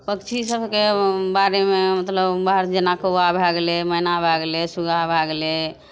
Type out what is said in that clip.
पक्षी सबके बारेमे मतलब बाहर जेना कौआ भए गेलय मैना भए गेलय सूगा भए गेलय